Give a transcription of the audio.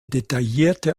detaillierte